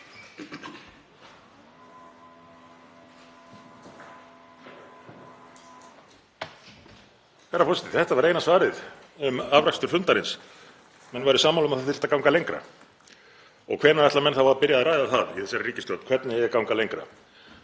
Herra forseti. Þetta var eina svarið um afrakstur fundarins, að menn væru sammála um að það þyrfti að ganga lengra. Og hvenær ætla menn þá að byrja að ræða það í þessari ríkisstjórn hvernig eigi að ganga lengra?